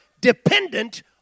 dependent